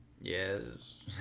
Yes